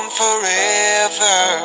forever